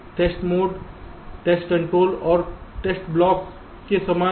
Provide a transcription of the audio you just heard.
test mode test control और test block के समान है